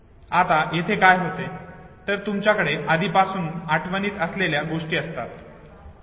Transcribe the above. आता येथे काय होते तर तुमच्याकडे आधीपासून आठवणीत असलेल्या गोष्टी असतात ठीक आहे